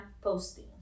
posting